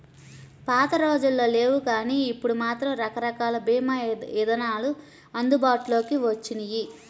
పాతరోజుల్లో లేవుగానీ ఇప్పుడు మాత్రం రకరకాల భీమా ఇదానాలు అందుబాటులోకి వచ్చినియ్యి